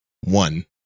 One